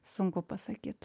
sunku pasakyt